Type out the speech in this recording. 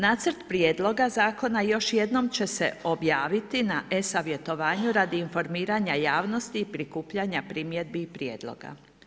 Nacrt prijedloga zakona još jednom će se objaviti na e-savjetovanju radi informiranja javnosti i prikupljanja primjedbi i prijedloga.